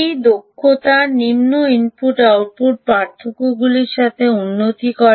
এই দক্ষতা নিম্ন ইনপুট আউটপুট পার্থক্যগুলির সাথে উন্নতি করে